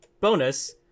Bonus